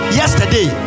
yesterday